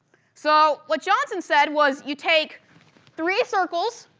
so, what johnson said was, you take three circles,